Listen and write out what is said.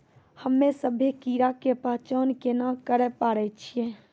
हम्मे सभ्भे कीड़ा के पहचान केना करे पाड़ै छियै?